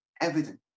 evidence